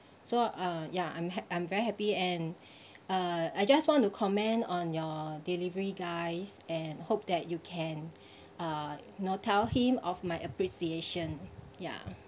so uh ya I'm ha~ I'm very happy and uh I just want to comment on your delivery guys and hope that you can uh you know tell him of my appreciation ya